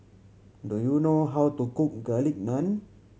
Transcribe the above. do you know how to cook Garlic Naan